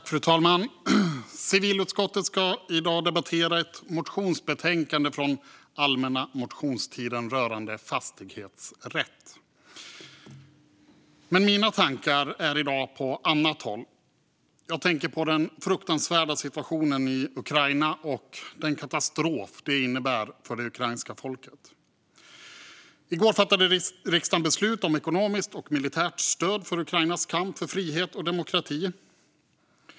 Fru talman! Civilutskottet debatterar i dag ett motionsbetänkande från allmänna motionstiden rörande fastighetsrätt. Men mina tankar är i dag på annat håll. Jag tänker på den fruktansvärda situationen i Ukraina och den katastrof den innebär för det ukrainska folket. I går fattade riksdagen beslut om ekonomiskt och militärt stöd till Ukrainas kamp för frihet och demokrati.